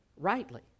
Rightly